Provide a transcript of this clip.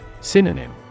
Synonym